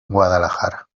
guadalajara